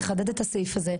נחדד את הסעיף הזה,